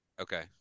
okay